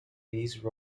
these